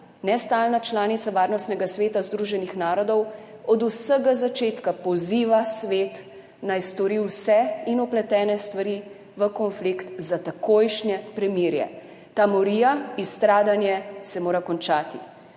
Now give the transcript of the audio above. nestalna članica Varnostnega sveta Združenih narodov od vsega začetka poziva svet, naj stori vse, in vpletene strani v konflikt, za takojšnje premirje. Ta morija, izstradanje se mora končati.